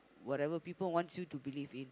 whatever people wants you to believe in